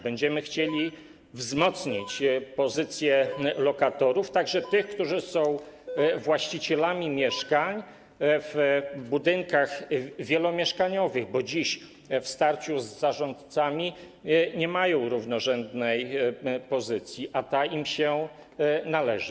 Będziemy chcieli wzmocnić pozycję lokatorów, także tych, którzy są właścicielami mieszkań w budynkach wielomieszkaniowych, bo dziś w starciu z zarządcami nie mają równorzędnej pozycji, a ta im się należy.